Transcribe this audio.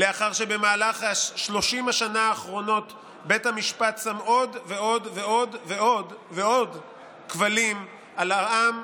לאחר שבמהלך 30 השנה האחרונות בית המשפט שם עוד ועוד ועוד כבלים על העם,